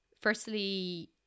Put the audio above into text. firstly